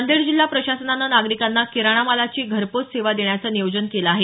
नांदेड जिल्हा प्रशासनानं नागरिकांना किराणामालाची घरपोच सेवा देण्याचं नियोजन केल आहे